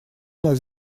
нас